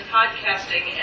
podcasting